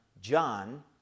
John